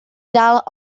dalt